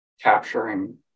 capturing